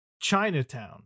Chinatown